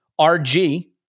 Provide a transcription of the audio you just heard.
RG